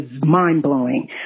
mind-blowing